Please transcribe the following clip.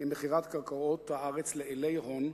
במכירת קרקעות הארץ לאילי הון,